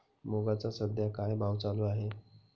मुगाचा सध्या काय भाव चालू आहे?